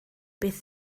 beth